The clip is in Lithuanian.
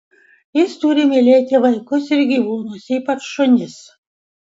jis turi mylėti vaikus ir gyvūnus ypač šunis